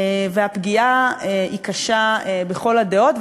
והפגיעה היא קשה לכל הדעות,